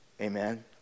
Amen